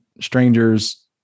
Strangers